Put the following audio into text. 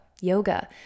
yoga